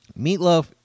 Meatloaf